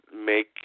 make